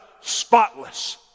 spotless